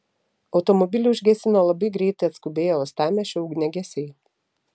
automobilį užgesino labai greitai atskubėję uostamiesčio ugniagesiai